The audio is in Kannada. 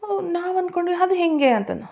ಅವಾಗ ನಾವು ಅನ್ಕೊಂಡ್ವಿ ಅದು ಹೇಗೆ ಅಂತಾನೂ